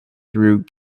through